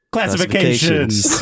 Classifications